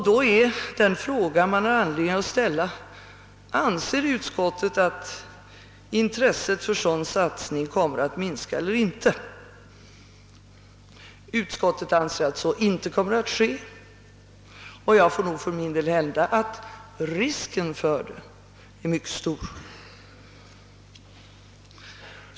Den fråga man har anledning att ställa är då: Anser utskottet att intresset för sådan satsning kommer att minska eller inte? Utskottet anser att så inte kommer att ske. Jag vill för min del hävda att risken för det är mycket stor.